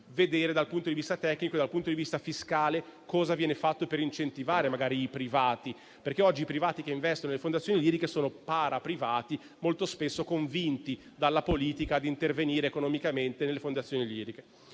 vedere dal punto di vista tecnico e fiscale cosa viene fatto per incentivare i privati; oggi i privati che investono nelle fondazioni liriche sono paraprivati, molto spesso convinti dalla politica ad intervenire economicamente nelle fondazioni liriche.